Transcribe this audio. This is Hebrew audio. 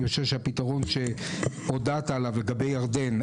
אני חושב שהפתרון שהודעת עליו לגבי ירדן,